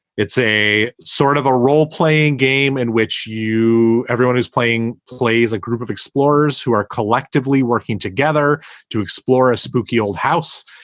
it's a sort of a role playing game in which you everyone is playing plays a group of explorers who are collectively working together to explore a spooky old house.